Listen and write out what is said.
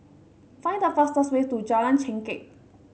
find the fastest way to Jalan Chengkek